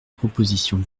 propositions